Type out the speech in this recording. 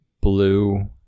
blue